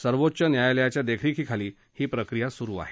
सर्वोच्च न्यायालयाच्या देखरेखीखाली ही प्रक्रिया सुरु आहे